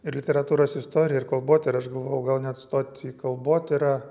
ir literatūros istorija ir kalbotyra aš galvojau gal net stot į kalbotyrą